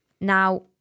Now